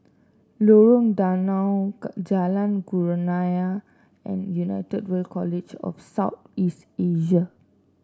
Lorong Danau Jalan Kurnia and United World College of South East Asia